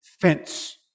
fence